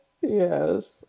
Yes